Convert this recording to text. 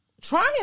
trying